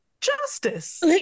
justice